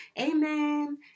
amen